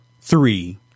three